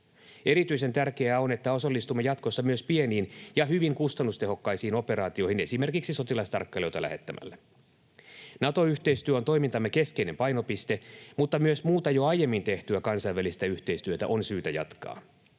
Erityisen tärkeää on, että osallistumme jatkossa myös pieniin ja hyvin kustannustehokkaisiin operaatioihin esimerkiksi sotilastarkkailijoita lähettämällä. Nato-yhteistyö on toimintamme keskeinen painopiste, mutta myös muuta jo aiemmin tehtyä kansainvälistä yhteistyötä on syytä jatkaa.